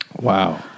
Wow